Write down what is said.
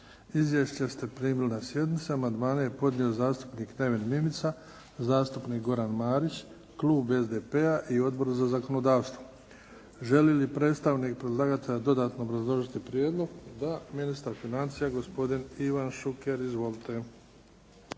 Izvješće ste primili na sjednicama. Amandmane je podnio zastupnik Neven Mimica, zastupnik Goran Marić, klub SDP-a i Odbor za zakonodavstvo. Želi li predstavnik predlagatelja dodatno obrazložiti prijedlog? Da. Ministar financija, gospodin Ivan Šuker. Izvolite.